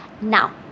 Now